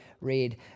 read